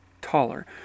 taller